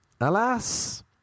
Alas